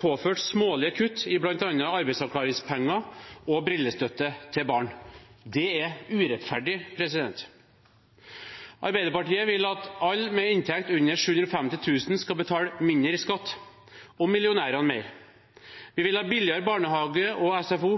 påført smålige kutt i bl.a. arbeidsavklaringspenger og brillestøtte til barn. Det er urettferdig. Arbeiderpartiet vil at alle med inntekt under 750 000 kr skal betale mindre i skatt og millionærene mer. Vi vil ha billigere barnehage og SFO.